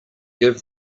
give